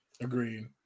Agreed